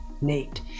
Nate